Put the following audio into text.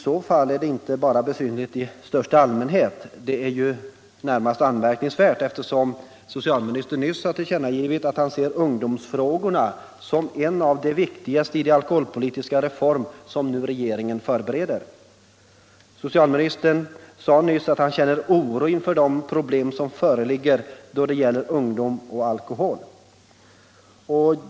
I så fall är det inte bara besynnerligt i största allmänhet, utan det är närmast anmärkningsvärt, eftersom socialministern nyss har tillkännagivit att han ser ungdomsfrågorna som de viktigaste i den alkoholpolitiska reform som regeringen nu förbereder. Socialministern sade nyss att han känner oro inför de problem som föreligger då det gäller ungdom och alkohol.